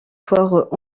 fort